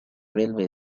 railway